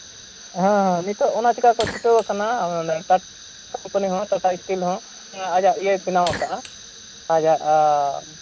ᱦᱮᱸ ᱱᱤᱛᱚᱜ ᱚᱱᱟ ᱪᱤᱠᱟ ᱠᱚ ᱪᱷᱩᱴᱟᱹᱣ ᱠᱟᱱᱟ ᱠᱳᱢᱯᱟᱱᱤ ᱦᱚᱸ ᱴᱟᱴᱟ ᱥᱴᱤᱞ ᱦᱚᱸ ᱟᱡᱟᱜ ᱤᱭᱟᱹ ᱵᱮᱱᱟᱣ ᱠᱟᱜ ᱟᱡᱟᱜ